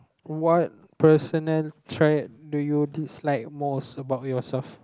what personal traits do you dislike most about yourself